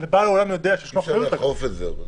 ובעל האולם יודע.ץ קשה לאכוף את זה.